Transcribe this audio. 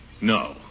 No